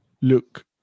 look